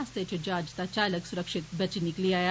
हादसे च जहाज दा चालक सुरक्षित बचियै निकली आया